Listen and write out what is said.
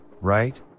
right